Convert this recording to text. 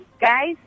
guys